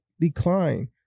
decline